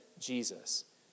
Jesus